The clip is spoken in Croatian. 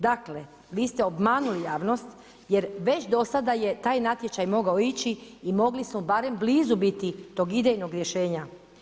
Dakle, vi ste obmanuli javnost, jer već do sada je taj natječaj mogao ići i mogli smo b arem blizu biti tog idejnog rješenja.